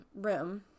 room